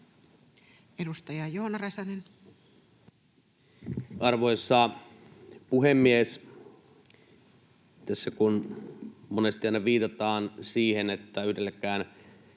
21:55 Content: Arvoisa puhemies! Tässä kun monesti aina viitataan siihen, että yhdelläkään